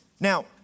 Now